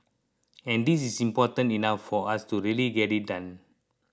and this is important enough for us to really get it done